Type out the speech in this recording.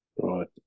Right